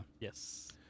yes